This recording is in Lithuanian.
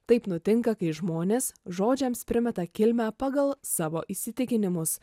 taip nutinka kai žmonės žodžiams primeta kilmę pagal savo įsitikinimus